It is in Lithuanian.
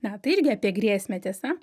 na tai irgi apie grėsmę tiesa